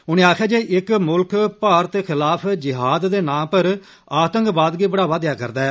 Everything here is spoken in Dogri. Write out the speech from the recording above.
उनें आक्खेया जे इक मुल्ख भारत खिलाफ जिहाद दे नां पर आतंकवाद गी बढ़ावा देयै रदा ऐ